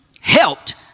Helped